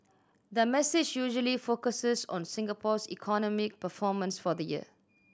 the message usually focuses on Singapore's economic performance for the year